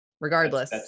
Regardless